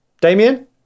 Damien